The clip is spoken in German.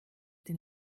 den